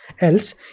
Else